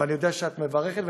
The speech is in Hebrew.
ואני יודע שאת מברכת,